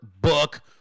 book